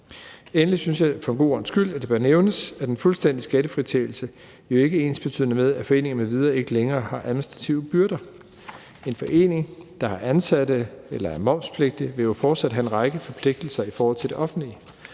ordens skyld bør nævnes, at en fuldstændig skattefritagelse jo ikke er ensbetydende med, at foreninger m.v. ikke længere har administrative byrder. En forening, der har ansatte, eller som er momspligtig, vil jo fortsat have en række forpligtelser i forhold til det offentlige.